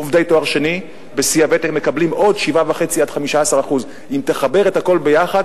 עובדי תואר שני בשיא הוותק מקבלים עוד 7.5% 15%. אם תחבר הכול יחד,